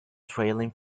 trailing